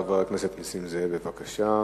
חבר הכנסת נסים זאב, בבקשה.